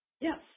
Yes